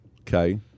Okay